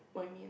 what you mean